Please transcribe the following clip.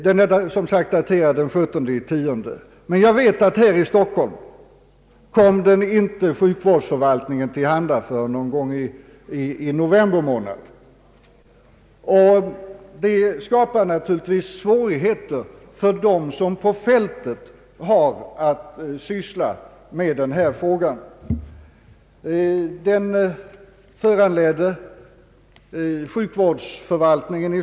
Skriften är daterad den 17/10 1969, men jag vet att här i Stockholm kom den inte sjukvårdsroteln till handa förrän någon gång i november månad. Sådant skapar naturligtvis svårigheter för dem som på fältet har att syssla med den här frågan.